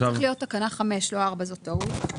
זה צריך להיות תקנה 5 ולא 4. זאת טעות.